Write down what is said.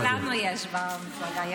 גם לנו יש כאלה במפלגה.